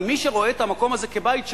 אבל מי שרואה את המקום הזה כבית שלו,